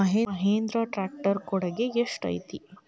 Mahindra tractor ಕೊಡುಗೆ ಎಷ್ಟು ಐತಿ?